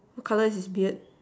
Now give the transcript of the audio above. what colour is his beard